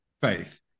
faith